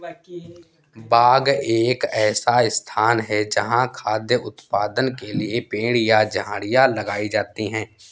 बाग एक ऐसा स्थान है जहाँ खाद्य उत्पादन के लिए पेड़ या झाड़ियाँ लगाई जाती हैं